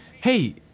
Hey